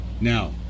Now